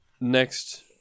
next